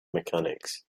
mechanics